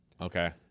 okay